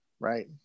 Right